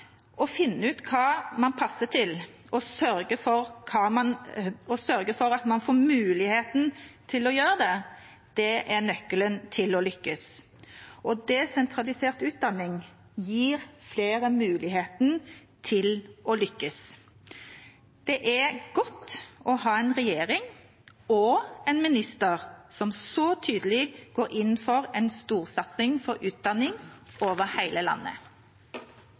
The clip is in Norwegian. finne ut hva man passer til, og sørge for at man får mulighet til å gjøre det, er nøkkelen til lykke.» Desentralisert utdanning gir flere muligheten til å lykkes. Det er godt å ha en regjering og en statsråd som så tydelig går inn for en storsatsing på utdanning over hele landet.